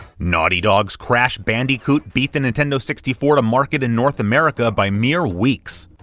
naughty dog's crash bandicoot beat the nintendo sixty four to market in north america by mere weeks,